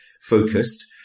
focused